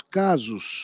casos